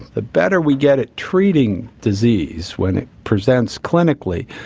the better we get at treating disease when it presents clinically,